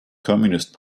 communist